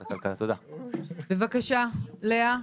בבקשה, לאה.